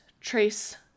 trace